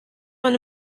man